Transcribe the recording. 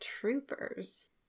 troopers